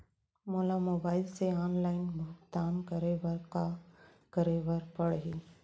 मोला मोबाइल से ऑनलाइन भुगतान करे बर का करे बर पड़ही?